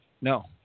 No